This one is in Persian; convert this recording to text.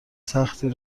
سختی